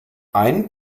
ein